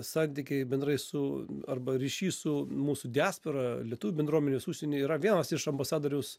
santykiai bendrai su arba ryšys su mūsų diaspora lietuvių bendruomenės užsieny yra vienas iš ambasadoriaus